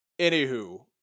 anywho